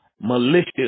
malicious